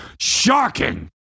Shocking